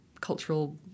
cultural